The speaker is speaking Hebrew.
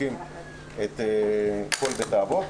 בודקים את כל בית האבות.